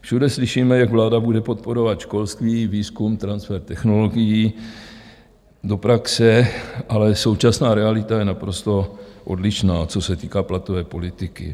Všude slyšíme, jak vláda bude podporovat školství, výzkum, transfer technologií do praxe, ale současná realita je naprosto odlišná, co se týká platové politiky.